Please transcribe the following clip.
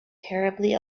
terribly